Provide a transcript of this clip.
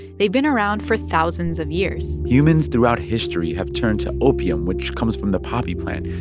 they've been around for thousands of years humans throughout history have turned to opium, which comes from the poppy plant,